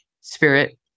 Spirit